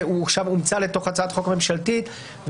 שעכשיו אומצה להצעת החוק הממשלתית.